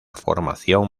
formación